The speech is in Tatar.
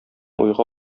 уйга